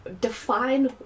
define